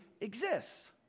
exists